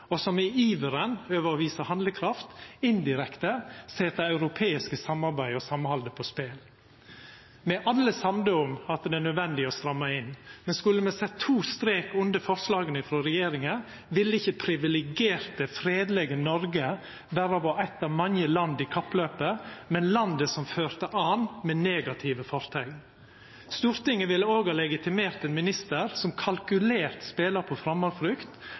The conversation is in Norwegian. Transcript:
og som i iveren over å visa handlekraft indirekte set det europeiske samarbeidet og samhaldet på spel. Me er alle samde om at det er nødvendig å stramma inn, men skulle me sett to strekar under forslaga frå regjeringa, ville ikkje privilegerte, fredelege Noreg vera eitt av mange land i kapplaupet, men landet som førte an med negative fortegn. Stortinget ville òg ha legitimert ein ministar som kalkulert spelar på